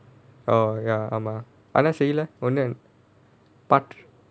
oh ya அதான் செய்லனு சொன்னேன்:adhaan seiyalanu sonnaen